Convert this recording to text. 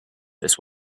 this